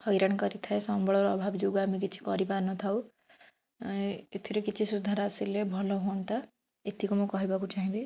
ହଇରାଣ କରିଥାଏ ସମ୍ବଳର ଅଭାବ ଯୋଗୁଁ ଆମେ କିଛି କରିପାରୁନଥାଉ ଏଥିରେ କିଛି ସୁଧାର ଆସିଲେ ଭଲ ହୁଅନ୍ତା ଏତିକି ମୁଁ କହିବାକୁ ଚାହିଁବି